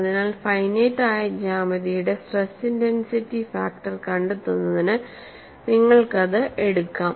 അതിനാൽ ഫൈനൈറ്റ് ആയ ജ്യാമിതിയുടെ സ്ട്രെസ് ഇന്റെൻസിറ്റി ഫാക്ടർ കണ്ടെത്തുന്നതിന് നിങ്ങൾക്കത് എടുക്കാം